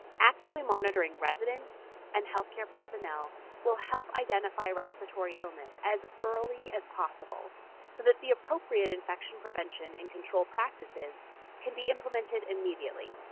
actively monitoring residents and healthcare personnel will help identify respiratory illness as early as possible so that the appropriate infection prevention and control practices can be implemented immediately,